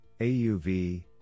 AUV